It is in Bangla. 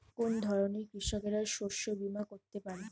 কোন ধরনের কৃষকরা শস্য বীমা করতে পারে?